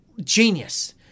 genius